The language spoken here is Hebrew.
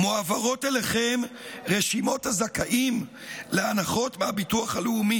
מועברות אליכם רשימות הזכאים להנחות מהביטוח הלאומי.